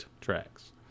tracks